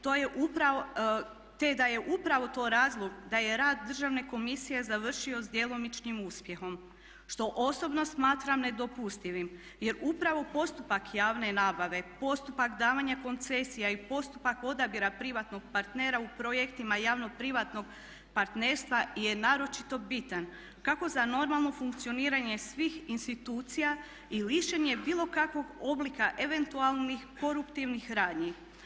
To je upravo, te da je upravo to razlog da je rad državne komisije završio s djelomičnim uspjehom što osobno smatram nedopustivim jer upravo postupak javne nabave, postupak davanja koncesija i postupak odabira privatnog partnera u projektima javno-privatnog partnerstva je naročito bitan kako za normalno funkcioniranje svih institucija i lišenje bilo kakvog oblika eventualnih koruptivnih radnji.